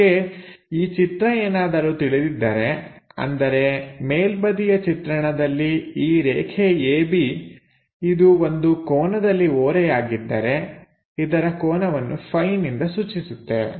ನಮಗೆ ಈ ಚಿತ್ರ ಏನಾದರೂ ತಿಳಿದಿದ್ದರೆ ಅಂದರೆ ಮೇಲ್ಬದಿಯ ಚಿತ್ರಣದಲ್ಲಿ ಈ ರೇಖೆ ab ಇದು ಒಂದು ಕೋನದಲ್ಲಿ ಓರೆಯಾಗಿದ್ದರೆ ಇದರ ಕೋನವನ್ನು Φ ನಿಂದ ಸೂಚಿಸುತ್ತೇವೆ